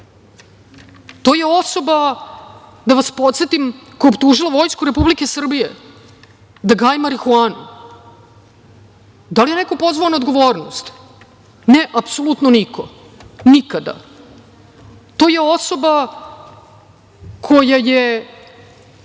je osoba, da vas podsetim, koja je optužila Vojsku Republike Srbije da gaji marihuanu. Da li je neko pozvao na odgovornost. Ne, apsolutno niko, nikada. To je osoba koja je